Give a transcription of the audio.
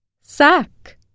Sack